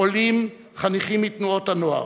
עולים, חניכים מתנועות הנוער.